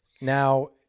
Now